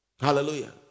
Hallelujah